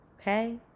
Okay